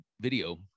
video